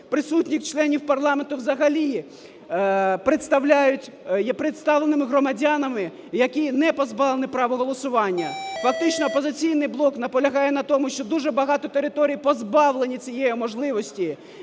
присутніх членів парламенту взагалі представляють… є представленими громадянами, які не позбавлені права голосування. Фактично, "Опозиційний блок" наполягає на тому, що дуже багато територій позбавлені цієї можливості